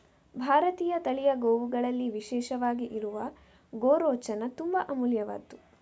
ಭಾರತೀಯ ತಳಿಯ ಗೋವುಗಳಲ್ಲಿ ವಿಶೇಷವಾಗಿ ಇರುವ ಗೋರೋಚನ ತುಂಬಾ ಅಮೂಲ್ಯವಾದ್ದು